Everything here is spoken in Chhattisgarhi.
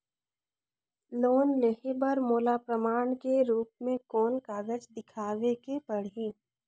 लोन लेहे बर मोला प्रमाण के रूप में कोन कागज दिखावेक पड़ही?